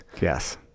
Yes